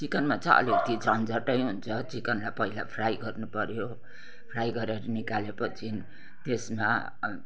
चिकनमा चाहिँ अलिकिति झन्झटै हुन्छ चिकनलाई पहिला फ्राई गर्नु पऱ्यो फ्राई गरेर निकालेपछि त्यसमा